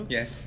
Yes